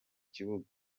kibuga